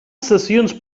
sessions